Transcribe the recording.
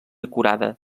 acurada